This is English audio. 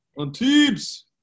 Antibes